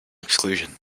exclusion